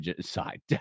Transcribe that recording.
side